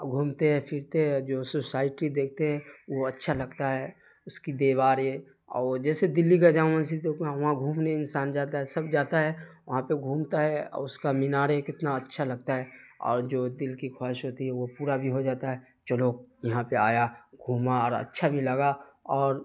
گھومتے ہیں پھرتے ہیں جو سوسائٹی دیکھتے ہیں وہ اچھا لگتا ہے اس کی دیواریں اور جیسے دہلی کا جامع مسجد دیکھو وہاں گھومنے انسان جاتا ہے سب جاتا ہے وہاں پہ گھومتا ہے اور اس کا میناریں کتنا اچھا لگتا ہے اور جو دل کی خواہش ہوتی ہے وہ پورا بھی ہو جاتا ہے چلو یہاں پہ آیا گھوما اور اچھا بھی لگا اور